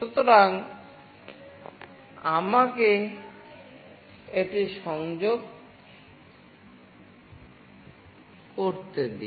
সুতরাং আমাকে এটি সংযোগ করতে দিন